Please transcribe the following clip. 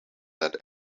that